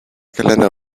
calendar